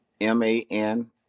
M-A-N